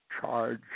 charge